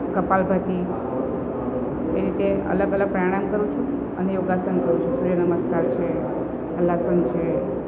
કપાલભાતી એ રીતે અલગ અલગ પ્રાણાયામ કરું છું અને યોગાસન કરું છું સૂર્યનમસ્કાર છે હલાસન છે